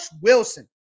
Wilson